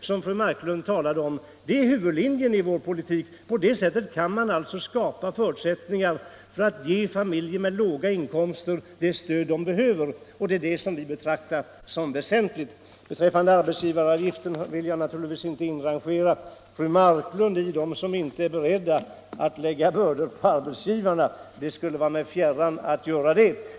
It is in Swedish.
som fru Marklund talade om, stöd. Det är huvudlinjen i vår politik. På det sättet kan man skapa förutsättningar att ge familjer med låga inkomster det stöd de behöver, och det är det vi betraktar som väsentligt. Beträffande arbetsgivaravgiften vill jag naturligtvis inte inrangera fru Marklund bland dem som inte är beredda att lägga bördor på arbetsgivarna. Det skulle vara mig fjärran att göra så.